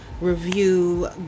review